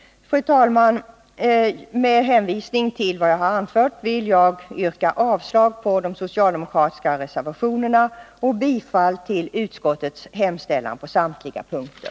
Fru talman! Med hänvisning till vad jag har anfört vill jag yrka avslag på de socialdemokratiska reservationerna och bifall till utskottets hemställan på samtliga punkter.